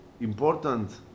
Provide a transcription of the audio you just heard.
important